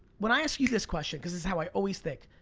when i ask you this question, cause it's how i always think,